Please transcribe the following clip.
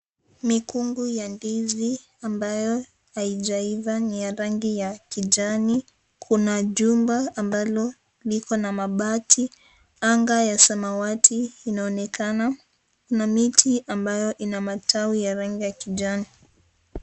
Mikungu ya ndizi, ambayo haijaiva ni ya rangi ya kijani. Kuna jumba ambalo liko na mabati. Anga ya samawati inaonekana. Kuna miti ambayo ina matawi ya rangi ya kijani.